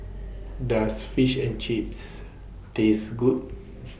Does Fish and Chips Taste Good